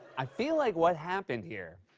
i feel like what happened here,